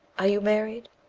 are you married?